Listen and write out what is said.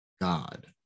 God